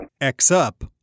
X-up